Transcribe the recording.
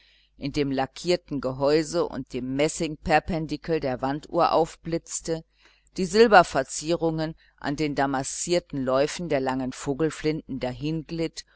in dem lackierten gehäuse und dem messingperpendikel der wanduhr aufblitzte die silberverzierungen an den damaszierten läufen der langen vogelflinten